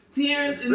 tears